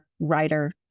writer